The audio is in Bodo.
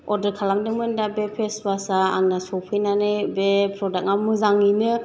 अर्डार खालामदोंमोन दा बे फेसवासा आंना सफैनानै बे प्रदागा मोजाङैनो